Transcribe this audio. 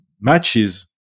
matches